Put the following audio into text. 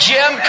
Jim